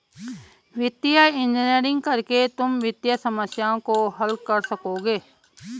वित्तीय इंजीनियरिंग करके तुम वित्तीय समस्याओं को हल कर सकोगे